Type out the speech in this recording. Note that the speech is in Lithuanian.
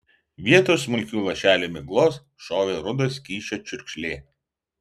vietoj smulkių lašelių miglos šovė rudo skysčio čiurkšlė